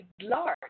large